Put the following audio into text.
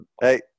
hey